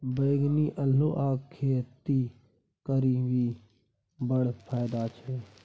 बैंगनी अल्हुआक खेती करबिही बड़ फायदा छै